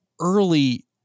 early